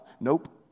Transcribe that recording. nope